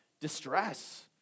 distress